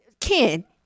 Ken